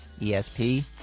ESP